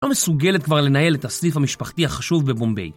לא מסוגלת כבר לנהל את הסניף המשפחתי החשוב בבומביי.